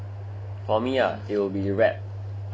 for me ah it'll be rap I